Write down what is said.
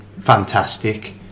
Fantastic